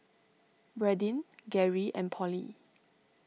Bradyn Gary and Polly